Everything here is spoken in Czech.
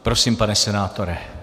Prosím, pane senátore.